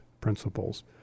principles